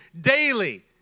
daily